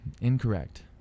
Incorrect